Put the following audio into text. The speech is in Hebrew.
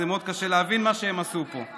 מאוד קשה להבין מה הם עשו פה.